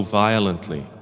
violently